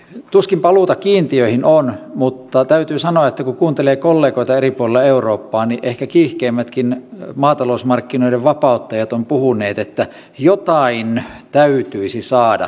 tuskin paluuta kiintiöihin on mutta täytyy sanoa kun kuuntelee kollegoita eri puolilla eurooppaa että ehkä kiihkeimmätkin maatalousmarkkinoiden vapauttajat ovat puhuneet että jotain täytyisi saada